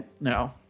No